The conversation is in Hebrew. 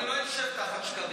אני לא אשב תחת שקרים.